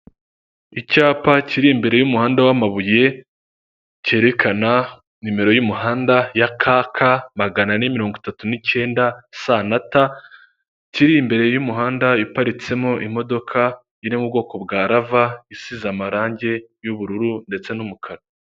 Icyapa kiri imbere y'umuhanda w'amabuye kerekana nimero y'umuhanda ya ka ka magana ane mirongo itatu n'ikenda sa na ta, kiri imbere y'umuhanda iparitsemo imodoka iri mu bwoko bwa rava isize amarangi y'ubururu ndetse n'umukara.